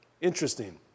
interesting